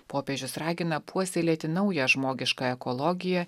popiežius ragina puoselėti naują žmogiškąją ekologiją